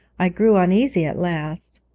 i grew uneasy at last.